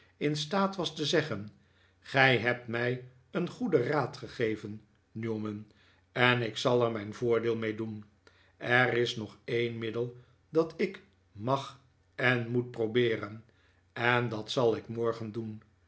in staat was te zeggen gij hebt mij een goeden raad gegeven newman en ik zal er mijn voordeel mee doen er is nog een middel dat ik mag en moet probeeren en dat zal ik morgen doen